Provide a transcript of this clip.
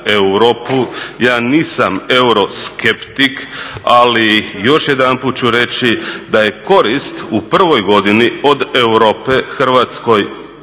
Ja nisam euroskeptik, ali još jedanput ću reći da je korist u prvoj godini od Europe Hrvatskoj